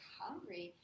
hungry